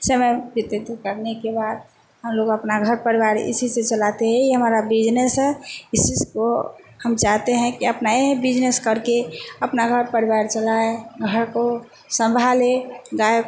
समय व्यतीत करने के बाद हम लोग अपना घर परिवार इसी से चलाते यही हमारा बिजनेस है इसी से को हम चाहते हैं कि अपना एह बिजनेस करके अपना घर परिवार चलाएँ घर को संभालें गाय